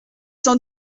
sans